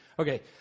Okay